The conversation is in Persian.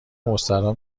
مستراح